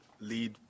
lead